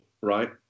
right